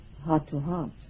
heart-to-heart